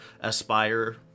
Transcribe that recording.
aspire